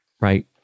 right